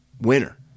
winner